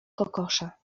kokosza